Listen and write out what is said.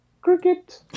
cricket